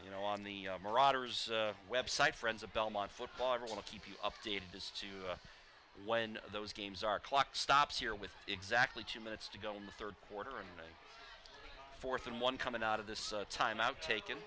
you know on the marauders website friends of belmont football or want to keep you updated as to when those games are clock stops here with exactly two minutes to go in the third quarter and fourth and one coming out of this timeout taken